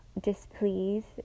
displeased